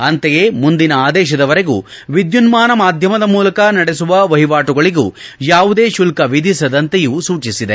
ಅಂತೆಯೇ ಮುಂದಿನ ಆದೇಶದವರೆಗೂ ವಿದ್ಯುನ್ನಾನ ಮಾಧ್ವಮದ ಮೂಲಕ ನಡೆಸುವ ವಹಿವಾಟುಗಳಿಗೂ ಯಾವುದೇ ಶುಲ್ಲ ವಿಧಿಸದಂತೆಯೂ ಸೂಚಿಸಿದೆ